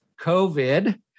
COVID